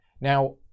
Now